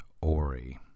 ori